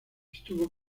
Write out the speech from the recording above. estuvo